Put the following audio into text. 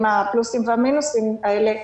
עם הפלוסים והמינוסים האלה,